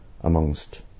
amongst